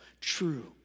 true